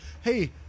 Hey